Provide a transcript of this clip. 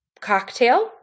cocktail